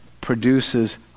produces